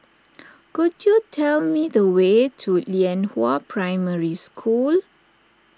could you tell me the way to Lianhua Primary School